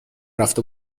رفته